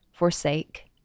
forsake